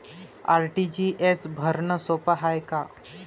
RTGS भरनं सोप हाय का?